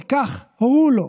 כי כך הורו לו.